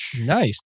nice